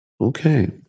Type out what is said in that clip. Okay